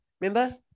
Remember